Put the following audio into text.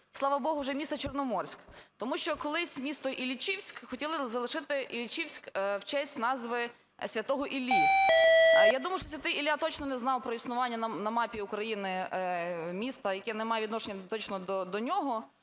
слава богу, вже міста Чорноморськ. Тому що колись місто Іллічівськ, хотіли залишити Іллічівськ в честь назви Святого Іллі. Я думаю, що Ілля точно не знав про існування на мапі України міста, яке не має відношення точно